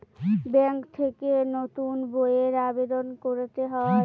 bank থেকে নতুন বইয়ের আবেদন করতে হয়